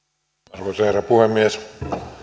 arvoisa herra puhemies